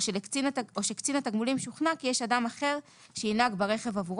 שקצין התגמולים שוכנע כי יש אדם אחר שינהג ברכב עבורו.